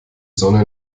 sonne